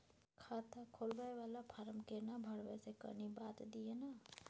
खाता खोलैबय वाला फारम केना भरबै से कनी बात दिय न?